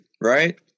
right